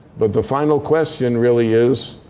but the final question really is,